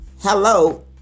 Hello